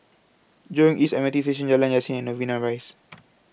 Jurong East M R T Station Jalan Yasin and Novena Rise